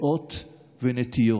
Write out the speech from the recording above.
דעות ונטיות,